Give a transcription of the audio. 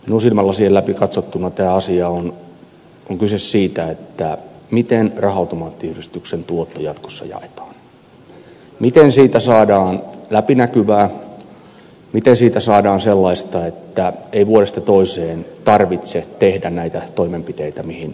minun silmälasieni läpi katsottuna tässä asiassa on kyse siitä miten raha automaattiyhdistyksen tuotto jatkossa jaetaan miten siitä saadaan läpinäkyvää miten siitä saadaan sellaista että ei vuodesta toiseen tarvitse tehdä näitä toimenpiteitä mihin te ed